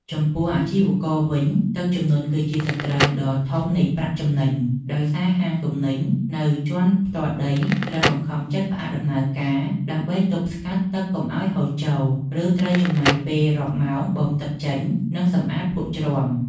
ចំពោះអាជីវករវិញ ទឹកជំនន់គឺជាសត្រូវដ៏ធំនៃប្រាក់ចំណេញ ដោយសារហាងទំនិញនៅជាន់ផ្ទាល់ដីត្រូវបង្ខំចិត្តផ្អាកដំណើរការ ដើម្បីទប់ស្កាត់ទឹកកុំឱ្យហូរចូល ឬត្រូវចំណាយពេលរាប់ម៉ោងបូមទឹកចេញ និងសម្អាតភក់ជ្រាំ។